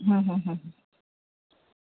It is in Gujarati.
હમ હમ